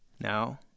Now